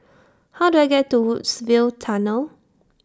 How Do I get to Woodsville Tunnel